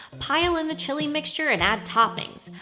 pile in the chili mixture and add toppings.